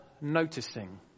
noticing